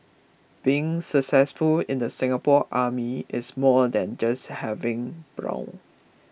being successful in the Singapore Army is more than just having brawn